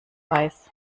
weiß